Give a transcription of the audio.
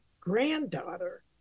granddaughter